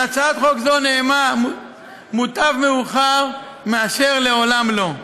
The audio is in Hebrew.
על הצעת חוק זו נאמר "מוטב מאוחר מאשר לעולם לא".